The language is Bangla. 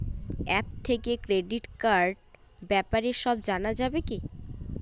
অ্যাপ থেকে ক্রেডিট কার্ডর ব্যাপারে সব জানা যাবে কি?